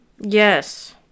Yes